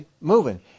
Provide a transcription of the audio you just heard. moving